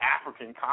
African